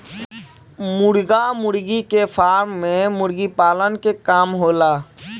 मुर्गा मुर्गी के फार्म में मुर्गी पालन के काम होला